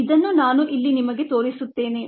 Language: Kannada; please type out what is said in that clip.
ಇದನ್ನು ನಾನು ಇಲ್ಲಿ ನಿಮಗೆ ತೋರಿಸುತ್ತೇನೆ